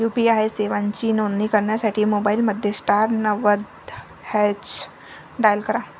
UPI सेवांची नोंदणी करण्यासाठी मोबाईलमध्ये स्टार नव्वद हॅच डायल करा